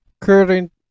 current